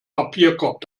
papierkorb